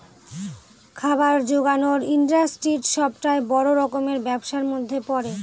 খাবার জোগানের ইন্ডাস্ট্রি সবটাই বড় রকমের ব্যবসার মধ্যে পড়ে